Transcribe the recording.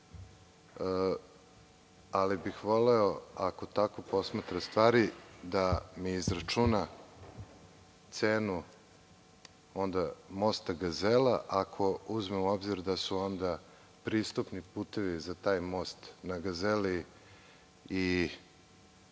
ali bih voleo, ako tako posmatra stvari, da mi izračuna cenu mosta Gazela, ako uzmemo u obzir da su pristupni putevi za taj most na Gazeli i